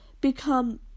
become